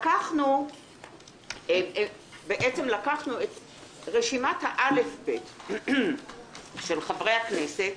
לקחנו את רשימת ה-א'-ב' של חברי הכנסת,